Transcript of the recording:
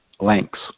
lengths